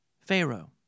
Pharaoh